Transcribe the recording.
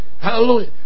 Hallelujah